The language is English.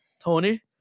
Tony